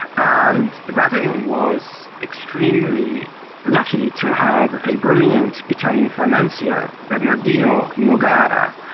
and the vatican was extremely lucky to have a brilliant italian financier, bernardino nogara,